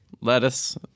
lettuce